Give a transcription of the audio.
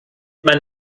man